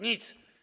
Nic.